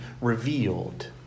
revealed